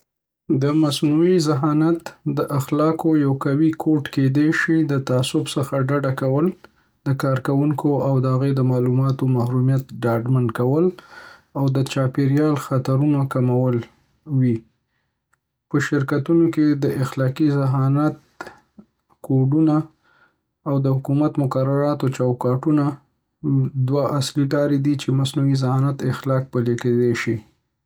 د مصنوعي ذهانت د اخلاقو یو قوي کوډ کېدای شي د تعصب څخه ډډه کول، د کاروونکو او د هغوی د معلوماتو محرمیت ډاډمن کول، او د چاپیریال خطرونو کمول شامل وي. په شرکتونو کې د اخلاقي ذهانت کوډونه او د حکومت د مقرراتو چوکاټونه دوه اصلي لارې دي چې د مصنوعي ذهانت اخلاق پلي کیدی شي.